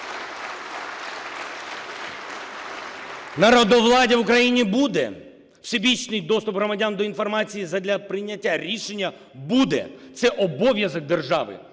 Народовладдя в Україні буде. Всебічний доступ громадян до інформації задля прийняття рішення буде – це обов'язок держави.